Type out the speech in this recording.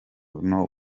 uno